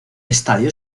estadio